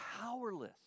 powerless